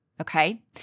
okay